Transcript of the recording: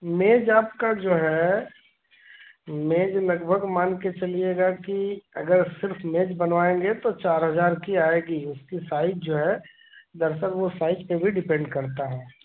मेज़ आपकी जो है मेज़ लगभग मानकर चलिएगा कि अगर सिर्फ मेज़ बनवाएँगे तो चार हज़ार की आएगी उसकी साइज जो है दरअसल वह साइज पर भी डिपेंड करता है